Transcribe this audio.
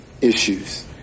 issues